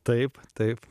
taip taip